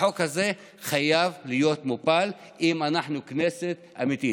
החוק הזה חייב להיות מופל אם אנחנו כנסת אמיתית.